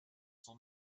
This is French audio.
son